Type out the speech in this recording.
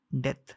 death